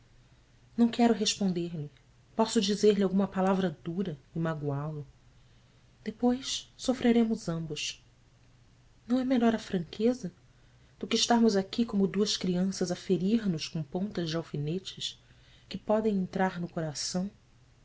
não quero responder-lhe posso dizer-lhe alguma palavra dura e magoá lo depois sofreremos ambos não é melhor a franqueza do que estarmos aqui como duas crianças a ferir nos com pontas de alfinetes que podem entrar no coração